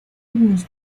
unos